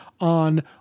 on